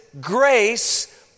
grace